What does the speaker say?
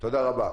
תודה רבה.